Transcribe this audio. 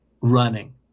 running